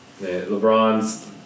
LeBron's